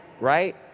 right